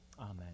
Amen